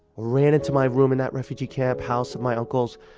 ran into my room in that refugee camp house of my uncle's.